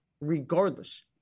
regardless